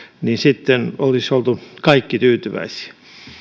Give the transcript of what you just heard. sitten olisimme olleet kaikki tyytyväisiä